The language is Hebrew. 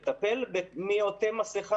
זה לא הגיוני שהוא יטפל במי עוטה מסכה